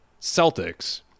Celtics